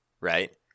Right